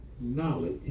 knowledge